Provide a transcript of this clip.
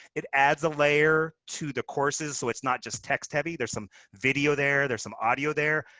it adds a layer to the courses, so it's not just text-heavy. there's some video there. there's some audio there.